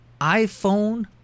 iPhone